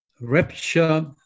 Rapture